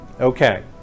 Okay